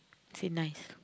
say nice